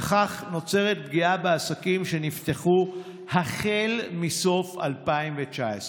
וכך נוצרת פגיעה בעסקים שנפתחו החל מסוף שנת 2019